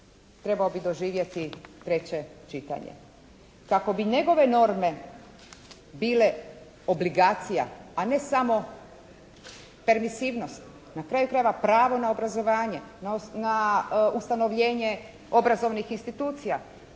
trebao bi doživjeti treće čitanje. Kako bi njegove norme bile obligacija a ne samo permisivnost. Na kraju krajeva, pravo na obrazovanje, na ustanovljenje obrazovnih institucija,